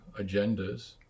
agendas